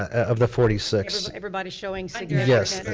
of the forty six. everybody showing significant. yes,